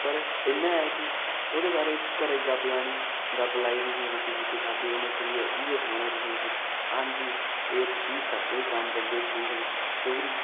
पर इन्ना ऐ कि ओह्दे बारे च घरा च गप्प लानी गप्प लाई रुट्टी शुट्टी खाद्धी उ'ने फिरिऐ उ'ऐ सनाना हाजीं ऐ ठीक था ऐह् कम्म तदें ठीक न